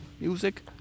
music